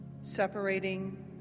separating